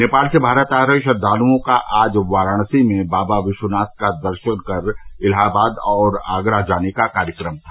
नेपाल से भारत आ रहे श्रद्धालुओं का आज वाराणसी में बाबा विश्वनाथ का दर्शन कर इलाहाबाद और आगरा जाने का कार्यक्रम था